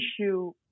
issue